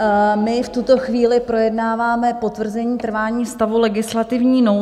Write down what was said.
My v tuto chvíli projednáváme potvrzení trvání stavu legislativní nouze.